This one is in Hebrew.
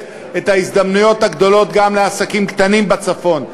את ההזדמנויות הגדולות גם לעסקים קטנים בצפון,